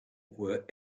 were